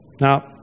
Now